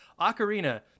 Ocarina